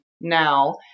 now